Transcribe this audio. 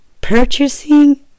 Purchasing